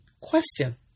Question